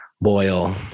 boil